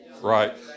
Right